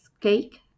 cake